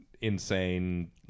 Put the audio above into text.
insane